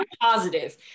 positive